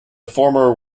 former